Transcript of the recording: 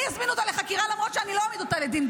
אני אזמין אותה לחקירה למרות שאני לא אעמיד אותה לדין.